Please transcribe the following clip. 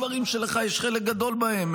דברים שלך יש חלק גדול בהם,